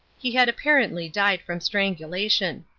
he had apparently died from strangulation.